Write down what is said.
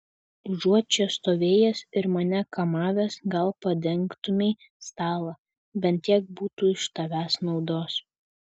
užuot čia stovėjęs ir mane kamavęs gal padengtumei stalą bent tiek būtų iš tavęs naudos